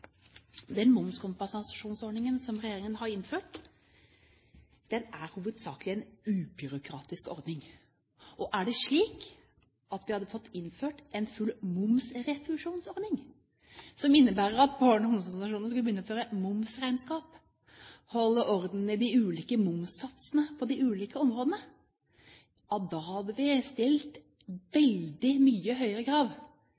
Den momskompensasjonsordningen som regjeringen har innført, er hovedsakelig en ubyråkratisk ordning. Er det slik at vi hadde fått innført en full momsrefusjonsordning som innebærer at barne- og ungdomsorganisasjonene skulle begynne å føre momsregnskap og holde orden i de ulike momssatsene på de ulike områdene, hadde vi stilt veldig mye høyere krav